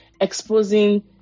exposing